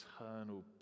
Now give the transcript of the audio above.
eternal